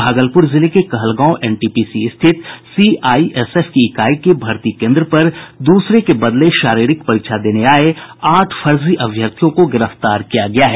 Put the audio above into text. भागलपुर जिले में कहलगांव एनटीपीसी स्थित सीआईएसएफ की इकाई के भर्ती केंद्र पर दूसरे के बदले शारीरिक परीक्षा देने आये आठ फर्जी अभ्यर्थियों को गिरफ्तार किया गया है